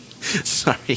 sorry